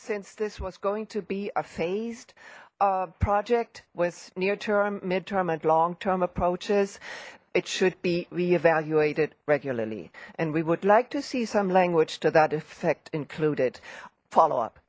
since this was going to be a phased project with near term midterm and long term approaches it should be reevaluated regularly and we would like to see some language to that effect included follow up